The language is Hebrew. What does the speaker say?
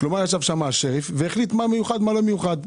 ישב שם השריף והחליט מה מיוחד ומה לא מיוחד.